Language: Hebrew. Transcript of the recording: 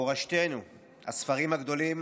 הספרים הגדולים